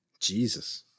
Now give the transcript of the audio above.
Jesus